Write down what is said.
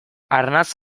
arnas